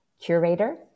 curator